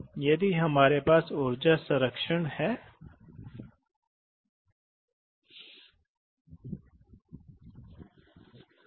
इसलिए जैसा कि हमने देखा है कि न्यूमेटिक्स प्रणाली मुख्य है मुख्य कमियों में से एक यह है कि समय प्रतिक्रियाएं धीमी हैं और मूल रूप से होती हैं